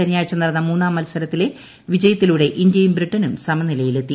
ശനിയാഴ്ച നടന്ന മൂന്നാം മത്സരത്തിലെ വിജയത്തിലൂടെ ഇന്ത്യയും ബ്രിട്ടനും സമനിലയിലെത്തി